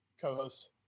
co-host